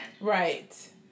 right